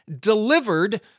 delivered